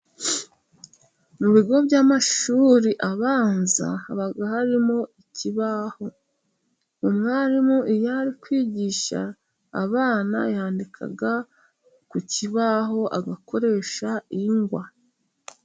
Mu bigo by'amashuri abanza haba harimo ikibaho umwarimu iyo ari kwigisha abana yandika ku kibaho agakoresha ingwa.